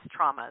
traumas